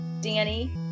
Danny